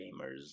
Gamers